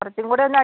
കുറച്ചും കൂടെ ഒന്ന്